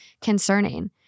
concerning